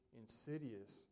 insidious